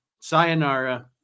Sayonara